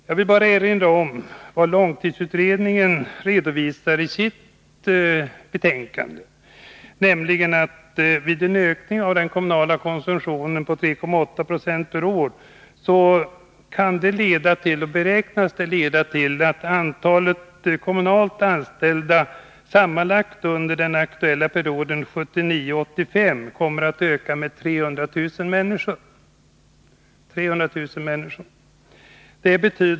Jag vill bara erinra om vad långtidsutredningen redovisar i sitt betänkande, nämligen att en ökning av den kommunala konsumtionen på 3,8 26 per år beräknas leda till att antalet kommunalt anställda sammanlagt under den aktuella perioden 1979-1985 kommer att öka med 300 000 personer.